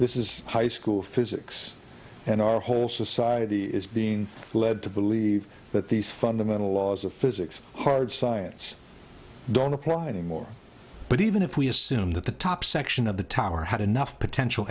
this is high school physics and our whole society is being led to believe that these fundamental laws of physics hard science don't apply anymore but even if we assume that the top section of the tower had enough potential